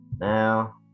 Now